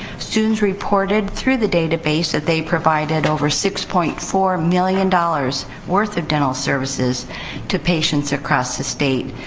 students reported, through the database, that they provided over six point four million dollars worth of dental services to patients across the state.